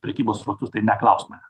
prekybos srautus tai neklausk mane